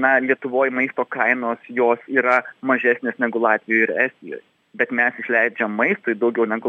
na lietuvoj maisto kainos jos yra mažesnės negu latvijoj ir estijoj bet mes išleidžiam maistui daugiau negu